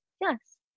yes